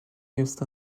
used